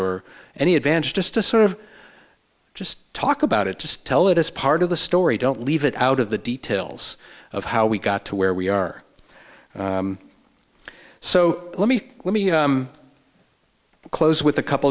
or any advantage just to sort of just talk about it just tell it as part of the story don't leave it out of the details of how we got to where we are so let me let me close with a couple